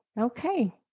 Okay